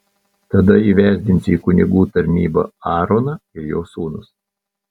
tada įvesdinsi į kunigų tarnybą aaroną ir jo sūnus